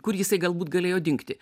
kur jisai galbūt galėjo dingti